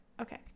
okay